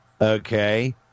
Okay